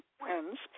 wins